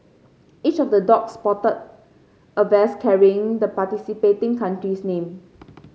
each of the dog sported a vest carrying the participating country's name